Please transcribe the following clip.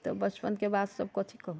तऽ बचपन के बात सब कथी कहु